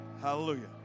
Hallelujah